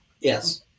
Yes